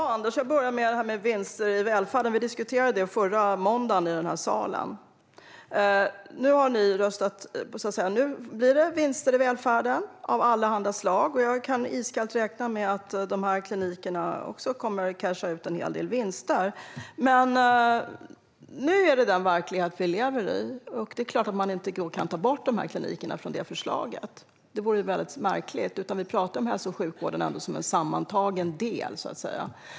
Herr talman! Jag börjar med vinster i välfärden. Vi diskuterade det förra måndagen i den här salen. Nu blir det vinster i välfärden av allehanda slag. Jag räknar iskallt med att dessa kliniker också kommer att casha ut en hel del vinster. Nu är det den verklighet som vi lever i. Man kan inte ta bort de här klinikerna med tanke på förslaget. Det vore väldigt märkligt. Vi pratar om hälso och sjukvården som en sammantagen del.